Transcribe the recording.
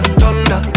thunder